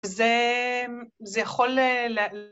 זה יכול ל...